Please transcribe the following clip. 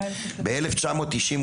ב-1998: